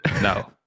No